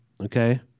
okay